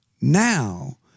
Now